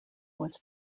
was